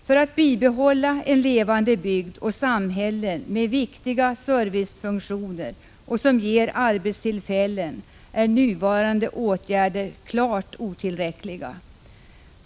För att bibehålla en levande bygd och samhällen med viktiga servicefunktioner och som ger arbetstillfällen är nuvarande åtgärder klart otillräckliga.